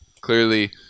clearly